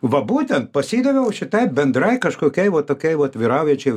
va būtent pasidaviau šitai bendrai kažkokiai tokiai vat vyraujančiai